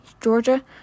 Georgia